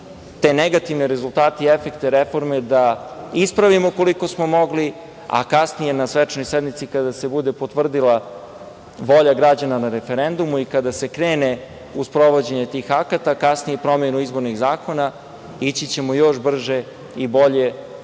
te negativne rezultate i efekte reforme da ispravimo koliko smo mogli, a kasnije na svečanoj sednici, kada se bude potvrdila volja građana na referendumu i kada se krene u sprovođenje tih akata, kasnije promene izbornih zakona, ići ćemo još brže i bolje